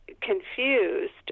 confused